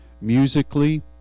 musically